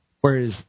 Whereas